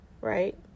right